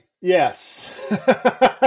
Yes